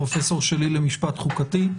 הפרופסור בנבנישתי הוא המורה שלי למשפט חוקתי.